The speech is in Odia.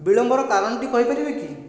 ବିଳମ୍ବର କାରଣଟି କହି ପାରିବେ କି